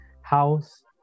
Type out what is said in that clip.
house